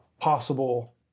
possible